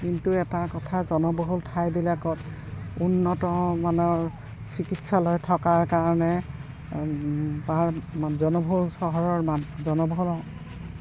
কিন্তু এটা কথা জনবহুল ঠাইবিলাকত উন্নত মানৰ চিকিৎসালয় থকাৰ কাৰণে তাৰ জনবহুল চহৰৰ মানুহে জনবহুল